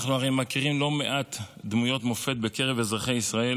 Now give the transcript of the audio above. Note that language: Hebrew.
הרי אנחנו מכירים לא מעט דמויות מופת בקרב אזרחי ישראל